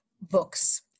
Books